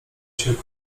się